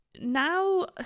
Now